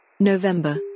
November